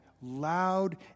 loud